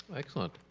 excellent!